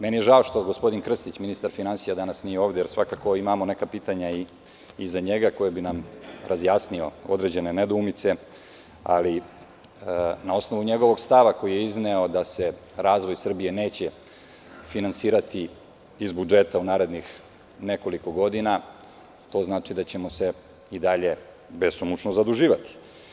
Meni je žao što gospodin Krstić, ministar finansija, danas nije ovde, jer svakako imamo neka pitanja i za njega, koji bi nam razjasnio određene nedoumice, ali na osnovu njegovog stava koji je izneo, da se razvoj Srbije neće finansirati iz budžeta u narednih nekoliko godina, to znači da ćemo se i dalje besomučno zaduživati.